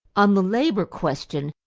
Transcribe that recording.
on the labor question,